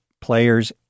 players